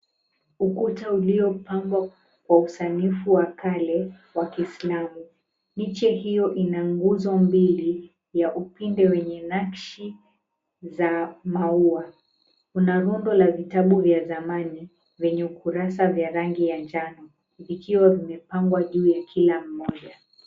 Ukuta uliopangwa kwa usanifu wa Kale wa kiislamu. Miche hiyo ina nguzo mbili ya upinde wenye nakshi za maua. Kuna rundo la vitabu vya zamani vyenye ukurasa vya rangi ya njano vikiwa vimepangwa juu ya kila mmoja.